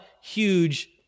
huge